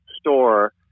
store